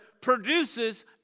produces